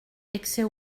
excès